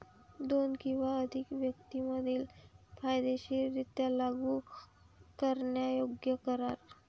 दोन किंवा अधिक व्यक्तीं मधील कायदेशीररित्या लागू करण्यायोग्य करार